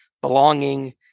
belonging